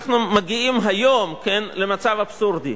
אנחנו מגיעים היום למצב אבסורדי: